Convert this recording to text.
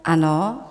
Ano.